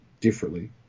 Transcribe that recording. differently